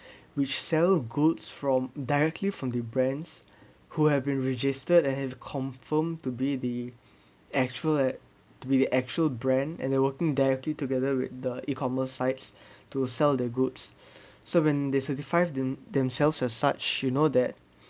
which sell goods from directly from the brands who have been registered and have confirmed to be the actual at to be the actual brand and they working directly together with the e-commerce sites to sell the goods so when they certify them~ themselves as such you know that